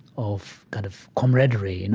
of kind of camaraderie, and